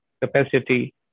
capacity